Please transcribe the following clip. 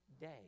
day